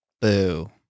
Boo